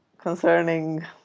concerning